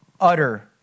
utter